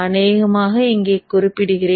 அனேகமாக இங்கே குறிப்பிடுகிறேன்